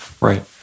Right